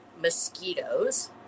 mosquitoes